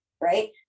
Right